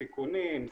סיכונים,